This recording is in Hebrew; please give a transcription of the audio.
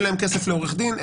אין להם כסף לעורך דין.